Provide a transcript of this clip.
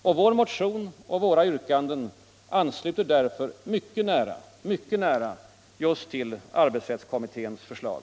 Och vår motion och våra yrkanden ansluter därför mycket nära just till arbetsrättskommitténs förslag.